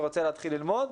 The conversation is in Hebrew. ורוצה להתחיל ללמוד.